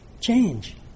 change